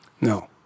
no